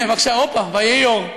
הנה, בבקשה, הופה, ויהי אור.